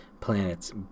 planets